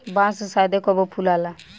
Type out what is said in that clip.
बांस शायदे कबो फुलाला